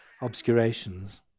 obscurations